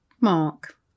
Mark